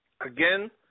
Again